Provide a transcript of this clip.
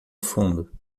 fundo